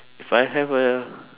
if I have a